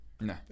No